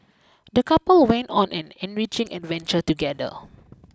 the couple went on an enriching adventure together